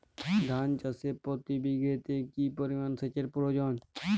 ধান চাষে প্রতি বিঘাতে কি পরিমান সেচের প্রয়োজন?